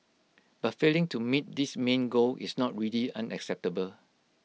but failing to meet this main goal is not really unacceptable